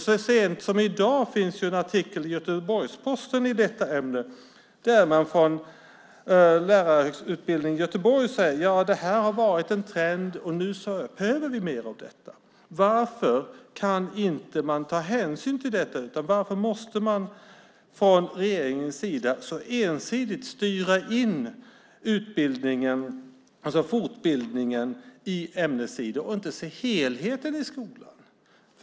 Så sent som i dag finns en artikel i Göteborgs-Posten i detta ämne, där man från lärarutbildningen i Göteborg säger: Det här har varit en trend och nu behöver vi mer av detta. Varför kan man inte ta hänsyn till det? Varför måste man från regeringens sida så ensidigt styra in fortbildningen i ämnessidor och inte se helheten i skolan?